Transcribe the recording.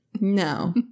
No